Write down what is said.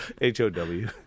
H-O-W